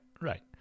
right